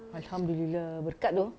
alhamdulillah berkat tu